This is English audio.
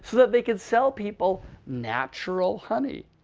so they can sell people natural honey.